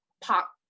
pop